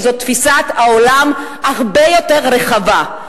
שזו תפיסת עולם הרבה יותר רחבה,